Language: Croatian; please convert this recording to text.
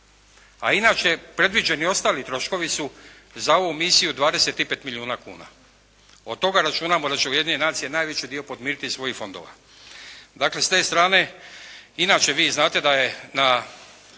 A inače, predviđeni ostali troškovi su za ovu misiju 25 milijuna kuna. Od toga računamo da će Ujedinjene nacije najveći dio podmiriti iz svojih fondova. Dakle, s te strane, inače vi znate da je na